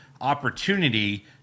opportunity